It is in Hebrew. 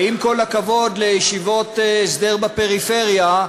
ועם כל הכבוד לישיבות הסדר בפריפריה,